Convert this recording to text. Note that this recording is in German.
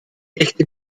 echte